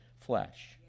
flesh